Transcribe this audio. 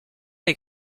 des